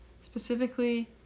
specifically